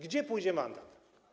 Gdzie pójdzie mandat?